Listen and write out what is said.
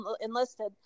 enlisted